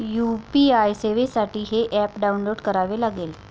UPI सेवेसाठी हे app download करावे लागेल